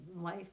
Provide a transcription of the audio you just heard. life